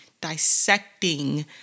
dissecting